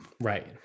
Right